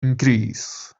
increase